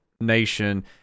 nation